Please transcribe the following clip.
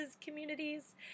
communities